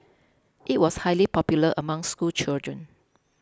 it was highly popular among schoolchildren